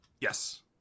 yes